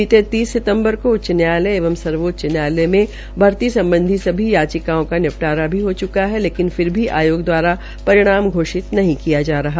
बीते तीस सितम्बर को उच्चन्यायालय एवं सर्वोच्च न्यायालय में भर्ती सम्बधी सभी याचिकाओं का निपटारा भी हो चूका है लेकिन फिर भी आयोग परिणाम घोषित नहीं किया जा रहा